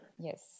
Yes